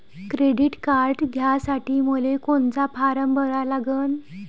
Credit card घ्यासाठी मले कोनचा फारम भरा लागन?